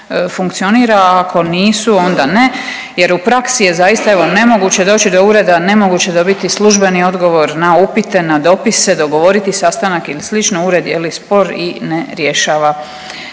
funkcionira, ako nisu onda ne. Jer u praksi je zaista evo nemoguće doći do ureda, nemoguće dobiti službeni odgovor na upite, na dopise, dogovoriti sastanak ili slično. Ured je spor i ne rješava